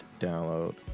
download